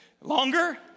longer